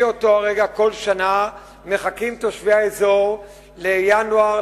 מאותו רגע כל שנה מחכים תושבי האזור לינואר,